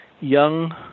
young